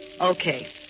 okay